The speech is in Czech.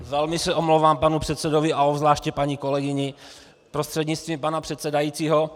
Velmi se omlouvám panu předsedovi a obzvláště paní kolegyni prostřednictvím pana předsedajícího.